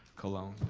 colon.